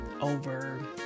over